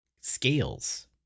scales